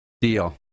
Deal